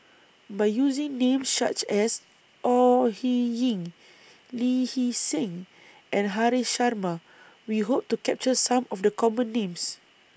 By using Names such as Au Hing Yee Lee Hee Seng and Haresh Sharma We Hope to capture Some of The Common Names